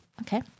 Okay